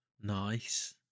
Nice